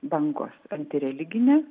bangos antireliginė